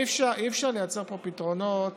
אי-אפשר לייצר פה פתרונות